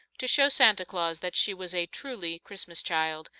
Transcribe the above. to show santa claus that she was a truly christmas child,